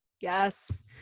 Yes